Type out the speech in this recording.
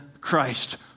Christ